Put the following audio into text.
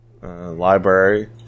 Library